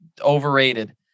overrated